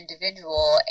individual